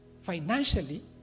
financially